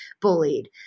bullied